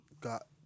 got